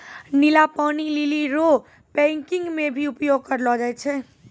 नीला पानी लीली रो पैकिंग मे भी उपयोग करलो जाय छै